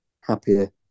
happier